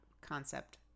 concept